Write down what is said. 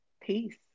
Peace